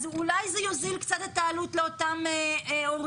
אז אולי זה יוזיל קצת את העלות לאותם הורים.